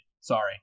Sorry